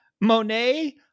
Monet